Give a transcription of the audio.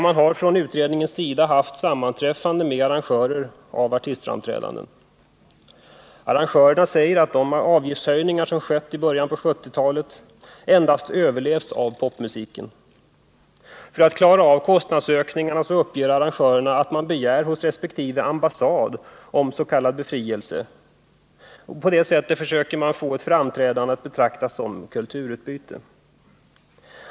Man har från utredningens sida haft sammanträffande med arrangörer av artistframträdanden. Arrangörerna säger att de avgiftshöjningar som skett i början på 1970-talet endast överlevts av popmusiken. Arrangörerna uppger att man för att klara av kostnadsökningarna hos resp. ambassad begärs.k. befrielse. På det sättet försöker man få framträdanden att betraktas som kulturutbyte.